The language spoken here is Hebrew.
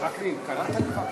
למה אתה בורח?